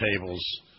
tables